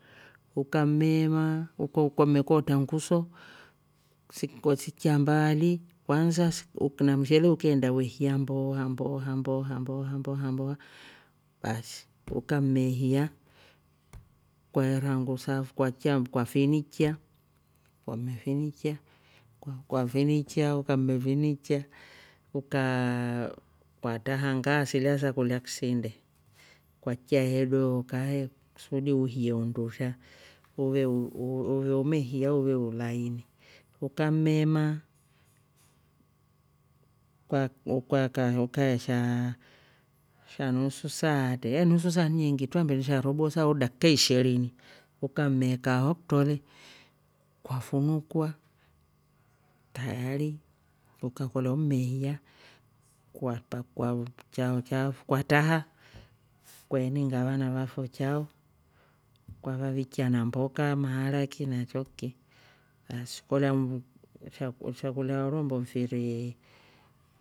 Ukamme maa ukamekotra ngu so kwasichya mbaali kwansa si na mshele ukeenda we hiya mbooha mbooha, mbooha, mbooha, mbooha, mbooha basi ukamme hiiya kwaera ngu safo kwachiya- kwafinikya kwammefinichya. kwafinichya kwammefinichya ukaaa kwatraa ngaa silya sakulya ksinde kwachiya he dooka he ksudi uhiye undusha uve- uve umehiya uve ulaini ukamme maa uka kaa ukaeshaa nusu saa atr- ehe nusu saa nyiingi truambe nisha robo saa au dakika ishiri. Ukammekaaa ho kutro le kwafunukwa tayari ukakolya umehiya kwapakua chao chafo kwatraha kwaininga vana vafo chao kwavavichya na mboka maharaki na choki baasi kolya nnshakulya horombo mfirii